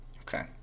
Okay